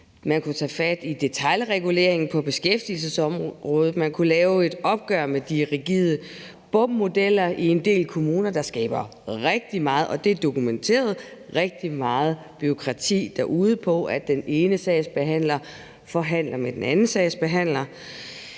Man kunne tage fat i detailreguleringen på beskæftigelsesområdet. Man kunne lave et opgør med den rigide BUM-model i en del kommuner, der skaber rigtig meget bureaukrati derude – og det er dokumenteret – ved at den ene sagsbehandler forhandler med den anden sagsbehandler.